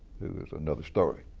who is another story.